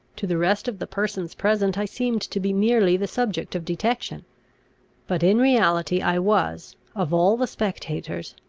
to the rest of the persons present i seemed to be merely the subject of detection but in reality i was, of all the spectators,